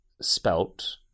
spelt